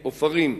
עופרים,